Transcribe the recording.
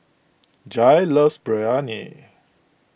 Jair loves Biryani